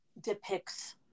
depicts